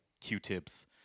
Q-Tip's